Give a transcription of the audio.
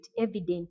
evident